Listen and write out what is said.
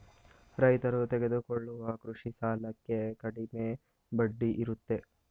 ರೈತರು ತೆಗೆದುಕೊಳ್ಳುವ ಕೃಷಿ ಸಾಲಕ್ಕೆ ಕಡಿಮೆ ಬಡ್ಡಿ ಇರುತ್ತೆ